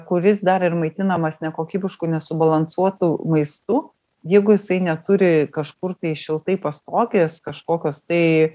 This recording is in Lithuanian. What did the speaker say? kuris dar ir maitinamas nekokybišku nesubalansuotu maistu jeigu jisai neturi kažkur tai šiltai pastogės kažkokios tai